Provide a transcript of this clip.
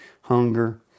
hunger